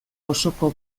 osoko